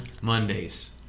mondays